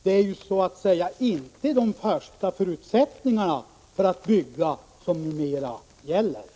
De ursprungliga förutsättningarna för utbyggnad gäller således inte längre.